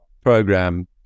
program